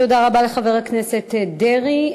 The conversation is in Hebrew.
תודה רבה לחבר הכנסת דרעי.